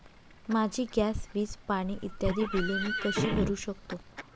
माझी गॅस, वीज, पाणी इत्यादि बिले मी कशी भरु शकतो?